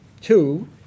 two